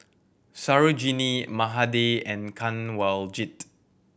Sarojini Mahade and Kanwaljit